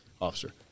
officer